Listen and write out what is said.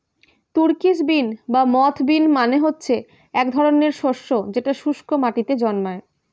Turkish bean বা moth bean মানে হচ্ছে এক ধরনের শস্য যেটা শুস্ক মাটিতে জন্মায়